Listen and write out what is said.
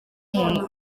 umuntu